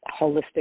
holistic